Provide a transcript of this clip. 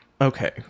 okay